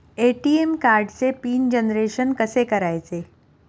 ATM कार्डचे pin generation कसे करायचे?